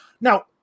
now